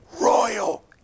royal